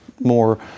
more